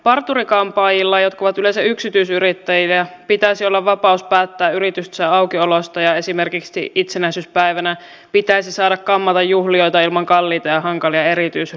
parturi kampaajilla jotka ovat yleensä yksityis yrittäjiä pitäisi olla vapaus päättää yritystensä aukioloista ja esimerkiksi itsenäisyyspäivänä pitäisi saada kammata juhlijoita ilman kalliita ja hankalia erityislupia